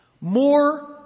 more